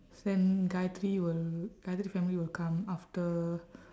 so then gayathri will gayathri family will come after